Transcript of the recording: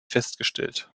festgestellt